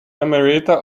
emerita